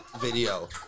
video